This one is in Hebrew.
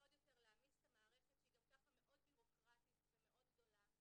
ועוד יותר להעמיס על המערכת שהיא גם ככה מאוד ביורוקרטית ומאוד גדולה,